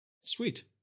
Sweet